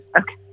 Okay